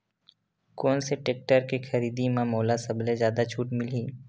कोन से टेक्टर के खरीदी म मोला सबले जादा छुट मिलही?